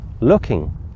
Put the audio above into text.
looking